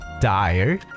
Dire